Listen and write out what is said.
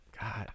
God